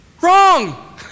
Wrong